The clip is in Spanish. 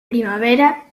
primavera